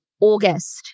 August